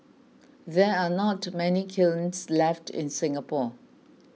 there are not many kilns left in Singapore